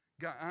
God